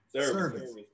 Service